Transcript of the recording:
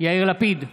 יאיר לפיד,